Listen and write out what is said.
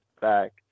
back